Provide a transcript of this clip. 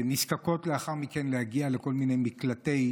שנזקקות לאחר מכן להגיע לכל מיני מקלטי